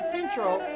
Central